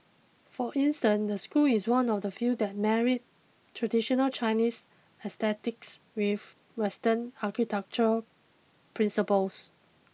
for instance the school is one of the few that married traditional Chinese aesthetics with western architectural principles